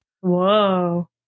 Whoa